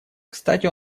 кстати